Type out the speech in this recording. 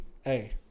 Hey